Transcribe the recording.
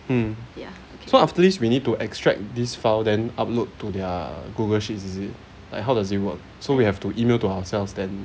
mmhmm so after this we need to extract this file then upload to their google sheets is it like how does it work so we have to email to ourselves then